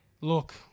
Look